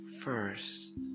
First